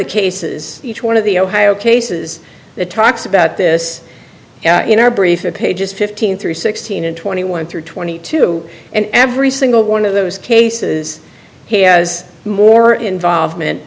the cases each one of the ohio cases that talks about this in our brief the pages fifteen three sixteen and twenty one through twenty two and every single one of those cases has more involvement